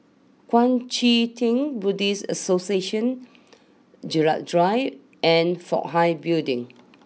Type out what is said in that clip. Kuang Chee Tng Buddhist Association Gerald Drive and Fook Hai Building